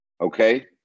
okay